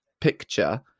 Picture